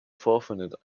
vorfindet